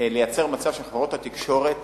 לייצר מצב שחברות התקשורת